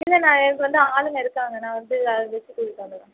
இல்லைண்ணா எனக்கு வந்து ஆளுங்க இருக்காங்க நான் வந்து அதை டிஸ்ட்ரிபியூட் பண்ணிவிட்றேன்